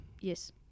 Yes